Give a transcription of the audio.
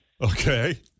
Okay